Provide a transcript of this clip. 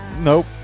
nope